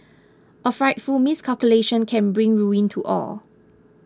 a frightful miscalculation can bring ruin to all